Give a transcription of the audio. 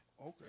Okay